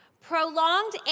Prolonged